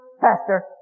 faster